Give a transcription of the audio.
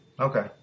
Okay